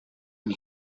and